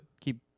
keep